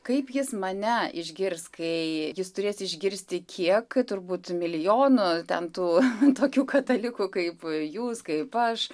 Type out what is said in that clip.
kaip jis mane išgirs kai jis turės išgirsti kiek turbūt milijonų ten tų tokių katalikų kaip jūs kaip aš